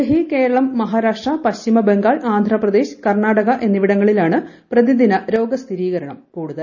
ഡൽഹി കേരളം മഹാരാഷ്ട്ര പശ്ചിമബംഗാൾ ആന്ധ്രാപ്രദേശ് കർണാടക എന്നിവിടങ്ങളിലാണ് പ്രതിദിന രോഗ സ്ഥിരീകരണം കൂടുതൽ